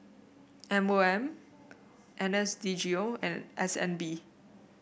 M O M N S D G O and S N B